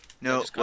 No